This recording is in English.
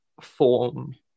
form